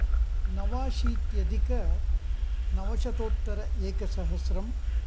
नवाशीत्यदिकनवशतोत्तर एकसहस्रम्